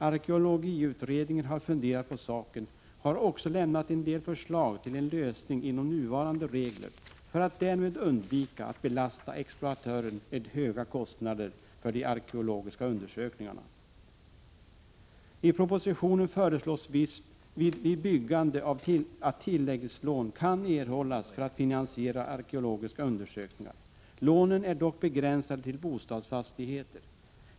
Arkeologiutredningen har funderat på saken och har också lämnat en del förslag till en lösning inom nuvarande regler för att därmed undvika att belasta exploatören med höga kostnader för de arkeologiska undersökningarna. I propositionen föreslås vid byggande att tilläggslån kan erhållas för att finansiera arkeologiska undersökningar. Lånen är dock begränsade till bostadsfastigheter.